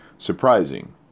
Surprising